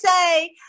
say